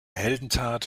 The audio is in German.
heldentat